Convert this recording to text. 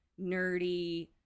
nerdy